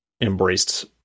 embraced